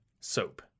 soap